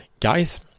guys